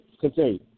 Continue